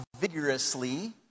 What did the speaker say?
vigorously